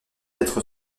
être